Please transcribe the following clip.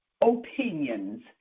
opinions